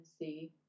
see